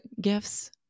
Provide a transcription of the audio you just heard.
gifts